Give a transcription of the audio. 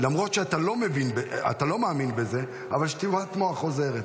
למרות שאתה לא מאמין בזה, אבל שטיפת מוח עוזרת.